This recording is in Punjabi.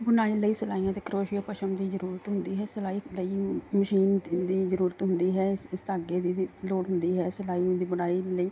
ਬੁਣਾਈ ਲਈ ਸਲਾਈਆਂ ਅਤੇ ਕਰੋਸ਼ੀਆ ਪਸ਼ਮ ਦੀ ਜ਼ਰੂਰਤ ਹੁੰਦੀ ਹੈ ਸਿਲਾਈ ਲਈ ਮਸ਼ੀਨ ਦੀ ਜ਼ਰੂਰਤ ਹੁੰਦੀ ਹੈ ਇਸ ਇਸ ਧਾਗੇ ਦੀ ਵੀ ਲੋੜ ਹੁੰਦੀ ਹੈ ਸਿਲਾਈ ਅਤੇ ਬੁਣਾਈ ਲਈ